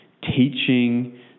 teaching